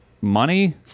money